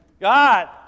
God